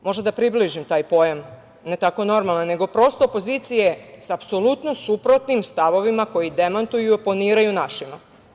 Mogu da približim taj pojam, ne tako normalne, nego opozicije sa apsolutno suprotnim stavovima koji demantuju i oponiraju našima.